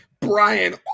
Brian